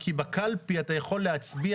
כי בקלפי אתה יכול להצביע,